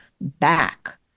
back